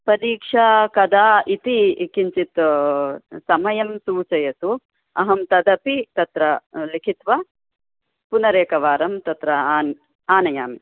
परीक्षा कदा इति किञ्चित् समयं सूचयतु अहम् तदपि तत्र लिखित्वा पुनरेकवारम् तत्र आन् आनयामि